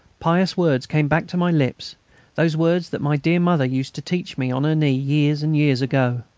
pious words came back to my lips those words that my dear mother used to teach me on her knee years and years ago.